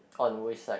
on which side